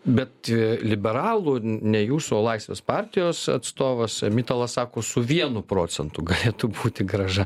bet liberalų ne jūsų o laisvės partijos atstovas mitalas sako su vienu procentu galėtų būti grąža